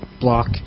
block